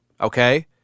okay